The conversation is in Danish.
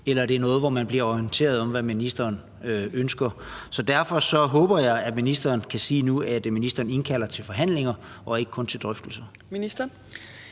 eller om det er noget, hvor man bliver orienteret om, hvad ministeren ønsker. Så derfor håber jeg, at ministeren kan sige nu, at ministeren indkalder til forhandlinger og ikke kun til drøftelser.